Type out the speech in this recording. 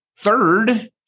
Third